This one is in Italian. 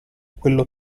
quello